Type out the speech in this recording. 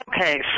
Okay